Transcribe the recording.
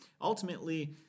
ultimately